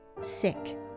sick